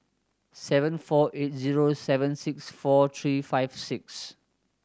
seven four eight zero seven six four three five six